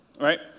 right